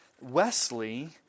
Wesley